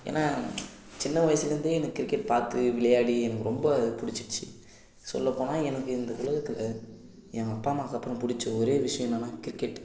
ஏன்னால் சின்ன வயதிலேருந்தே இந்த கிரிக்கெட் பார்த்து விளையாடி எனக்கு ரொம்ப அது பிடிச்சிச்சி சொல்லப் போனால் எனக்கு இந்த உலகத்தில் எங்கள் அப்பா அம்மாவுக்கு அப்புறம் பிடிச்ச ஒரே விஷயம் என்னென்னால் கிரிக்கெட்